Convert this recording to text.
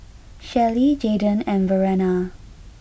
Shelli Jaydon and Verena